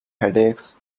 headaches